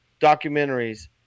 documentaries